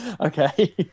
Okay